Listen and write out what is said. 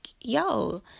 yo